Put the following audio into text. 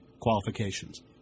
qualifications